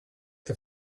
the